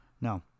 No